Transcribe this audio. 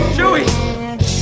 Chewie